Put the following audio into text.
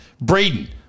Braden